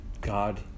God